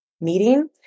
meeting